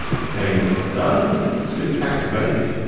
okay, that's done. let's click activate.